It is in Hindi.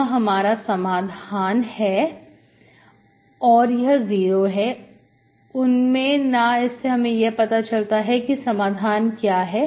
यह हमारा समाधान है और यह 0 है उनमें ना इसे हमें यह पता चलता है कि समाधान क्या है